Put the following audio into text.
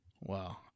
Wow